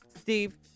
Steve